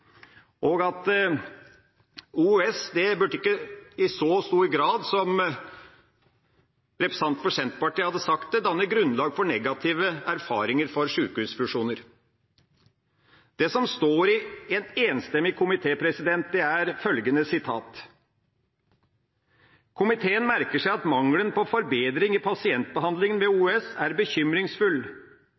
og at OUS ikke burde, i så stor grad som representanten for Senterpartiet hadde sagt det, danne grunnlag for negative erfaringer for sjukehusfusjoner. I innstillinga sier en enstemmig komité: «Komiteen merker seg at mangelen på forbedring i pasientbehandlingen ved OUS er bekymringsfull